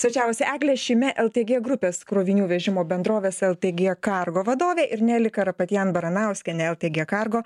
svečiavosi eglė šyme ltg grupės krovinių vežimo bendrovės ltg kargo vadovė ir neli karapetjan baranauskienė ltg kargo